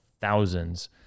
thousands